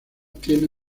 tiene